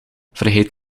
vergeet